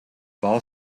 ball